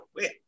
wait